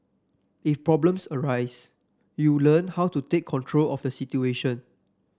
if problems arise you learn how to take control of the situation